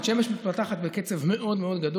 בית שמש מתפתחת בקצב מאוד מאוד מהיר,